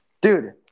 Dude